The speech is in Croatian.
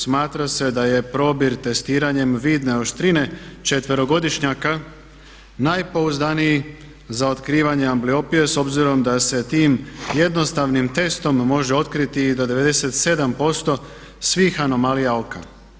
Smatra se da je probir testiranjem vidne oštrine četverogodišnjaka najpouzdaniji za otkrivanje ambliopije s obzirom da se tim jednostavnim testom može otkriti i do 97% svih anomalija oka.